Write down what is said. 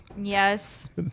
Yes